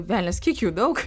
velnias kiek jų daug